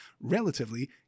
relatively